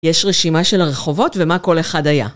יש רשימה של הרחובות ומה כל אחד היה.